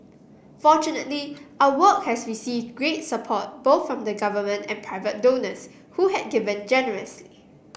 fortunately our work has received great support both from the Government and private donors who had given generously